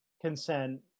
consent